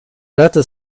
letter